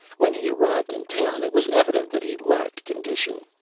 when he arrived in town it was evident that he lacked condition.